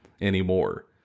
anymore